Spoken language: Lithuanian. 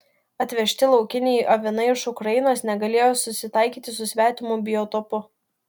atvežti laukiniai avinai iš ukrainos negalėjo susitaikyti su svetimu biotopu